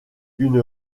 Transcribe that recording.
une